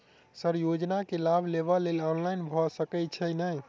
Sir योजना केँ लाभ लेबऽ लेल ऑनलाइन भऽ सकै छै नै?